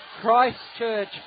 christchurch